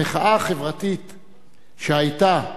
המחאה החברתית שהיתה,